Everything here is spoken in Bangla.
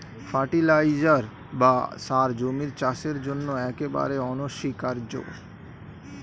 ফার্টিলাইজার বা সার জমির চাষের জন্য একেবারে অনস্বীকার্য